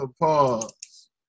pause